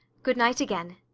good-night again.